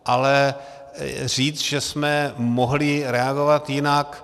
Ale říct, že jsme mohli reagovat jinak?